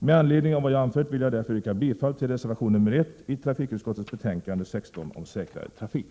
Med anledning av vad jag här anfört vill jag därför yrka bifall till reservation 1 i trafikutskottets betänkande 16 om säkrare trafik.